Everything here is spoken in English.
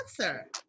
answer